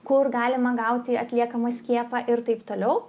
kur galima gauti atliekamą skiepą ir taip toliau